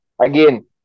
again